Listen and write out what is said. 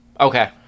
Okay